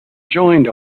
joined